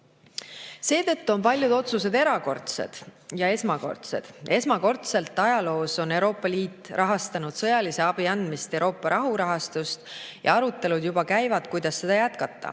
on ka paljud otsused erakordsed ja esmakordsed. Esmakordselt ajaloos on Euroopa Liit rahastanud sõjalise abi andmist Euroopa rahurahastust ja arutelud juba käivad, kuidas seda jätkata.